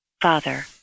Father